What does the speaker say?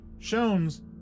Shones